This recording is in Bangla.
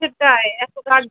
সেটাই এতটা